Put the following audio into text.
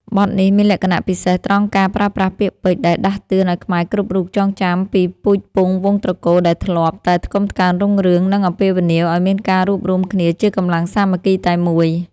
បទនេះមានលក្ខណៈពិសេសត្រង់ការប្រើប្រាស់ពាក្យពេចន៍ដែលដាស់តឿនឱ្យខ្មែរគ្រប់រូបចងចាំពីពូជពង្សវង្សត្រកូលដែលធ្លាប់តែថ្កុំថ្កើងរុងរឿង និងអំពាវនាវឱ្យមានការរួបរួមគ្នាជាកម្លាំងសាមគ្គីតែមួយ។